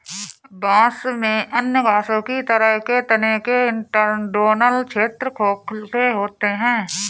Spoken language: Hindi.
बांस में अन्य घासों की तरह के तने के इंटरनोडल क्षेत्र खोखले होते हैं